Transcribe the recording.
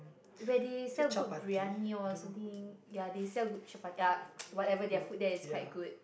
where they sell good Briyani lor something they sell chapa~ whatever their food there is quite good